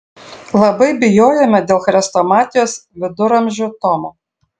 labai bijojome dėl chrestomatijos viduramžių tomo